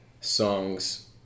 songs